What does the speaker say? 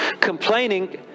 Complaining